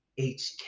HK